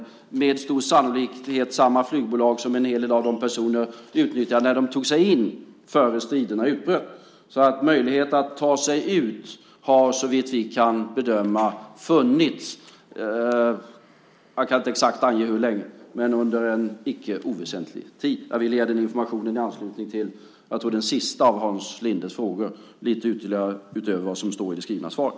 Det är med stor sannolikhet samma flygbolag som en hel del personer utnyttjade när de tog sig in innan striderna utbröt. Möjlighet att ta sig ut har såvitt vi kan bedöma funnits under en icke oväsentlig tid. Jag kan inte säga exakt hur länge. Jag ville ge den informationen i anslutning till den sista av Hans Lindes frågor, lite utöver vad som står i det skriftliga svaret.